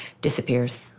disappears